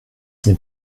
n’est